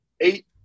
eight